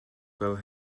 fel